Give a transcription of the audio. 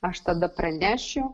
aš tada pranešiu